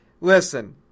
Listen